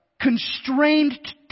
constrained